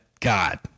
God